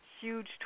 huge